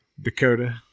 Dakota